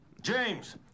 James